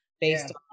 based